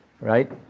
right